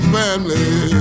family